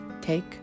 take